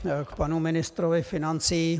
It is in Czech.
K panu ministrovi financí.